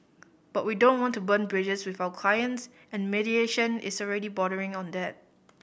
but we don't want to burn bridges with our clients and mediation is already bordering on that